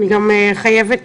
אני חייבת